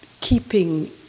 Keeping